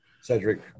Cedric